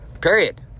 Period